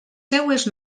seues